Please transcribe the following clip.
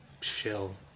shell